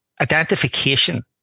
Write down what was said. identification